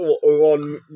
one